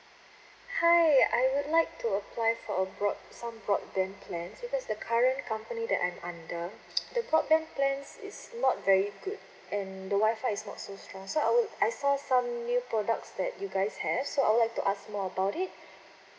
hi I would like to apply for a broad some broadband plan because the current company that I'm under the broadband plans is not very good and the wifi is not so strong so I would I saw some new products that you guys have so I would like to ask more about it